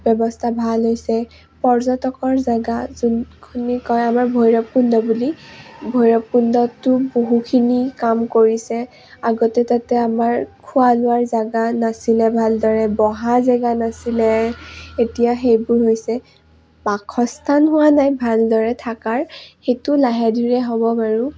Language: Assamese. ব্যৱস্থা ভাল হৈছে পৰ্যটকৰ জেগা যোনখিনি কয় আমাৰ ভৈৰৱকুণ্ড বুলি ভৈৰৱকুণ্ডটো বহুখিনি কাম কৰিছে আগতে তাতে আমাৰ খোৱা লোৱাৰ জেগা নাছিলে ভালদৰে বহা জেগা নাছিলে এতিয়া সেইবোৰ হৈছে বাসস্থান হোৱা নাই ভালদৰে থাকাৰ সেইটো লাহে ধীৰে হ'ব বাৰু